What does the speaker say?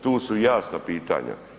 Tu su jasna pitanja.